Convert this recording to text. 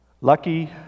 Lucky